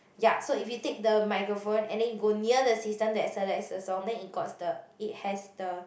ya so if you take the microphone and then you go near the system that select the song then it got's~ the it has the